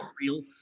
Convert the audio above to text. real